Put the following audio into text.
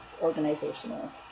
organizational